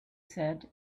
said